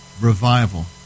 revival